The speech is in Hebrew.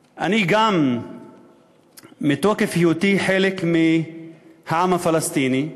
אני, גם בתוקף היותי חלק מהעם הפלסטיני,